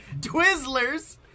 Twizzlers